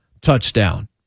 touchdown